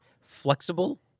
flexible